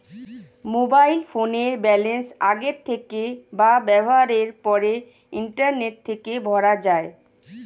mobile ফোনের balance আগের থেকে বা ব্যবহারের পর ইন্টারনেট থেকে ভরা যায়